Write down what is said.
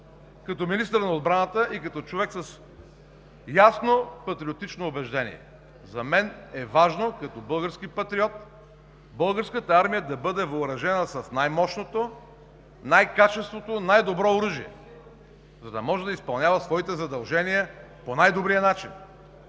като министър на отбраната и като човек с ясно патриотично убеждение. За мен е важно, като български патриот, Българската армия да бъде въоръжена с най мощното, най-качественото, най-добро оръжие, за да може да изпълнява своите задължения по най-добрия начин.